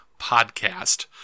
podcast